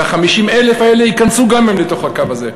ו-50,000 האלה ייכנסו גם הם מתחת לקו הזה.